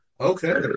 Okay